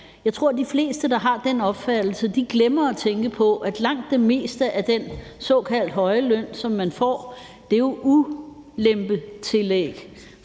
Jeg tror, de fleste, der har den opfattelse, glemmer at tænke på, at langt det meste af den såkaldt høje løn, som man får, jo er ulempetillæg